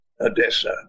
Odessa